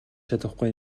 чадахгүй